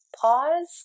pause